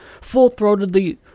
full-throatedly